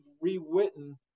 rewritten